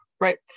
right